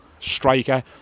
striker